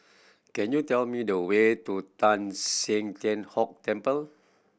can you tell me the way to Teng San Tian Hock Temple